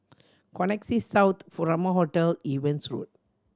Connexis South Furama Hotel Evans Road